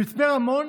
במצפה רמון